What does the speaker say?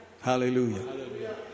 Hallelujah